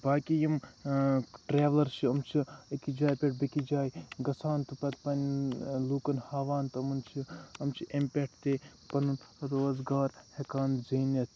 باقٕے یِم ڈریوٲرٕس چھِ یِم چھِ أکِس جایہِ پٮ۪ٹھ بیٚکِس جایہِ گژھان تہٕ پَتہٕ پَننٮ۪ن لُکَن ہاوان تہٕ یِمَن چھِ یِم چھِ اَمہِ پٮ۪ٹھ تہِ پَنُن روزگار ہٮ۪کان زیٖنِتھ